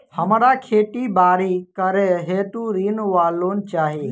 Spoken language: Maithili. हमरा खेती बाड़ी करै हेतु ऋण वा लोन चाहि?